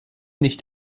nicht